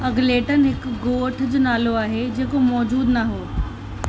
अर्ग्लेटन हिकु गोठ जो नालो आहे जेको मौजूदु न हो